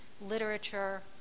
literature